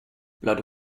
blood